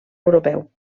europeu